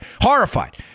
Horrified